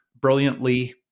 brilliantly